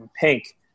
pink